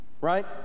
right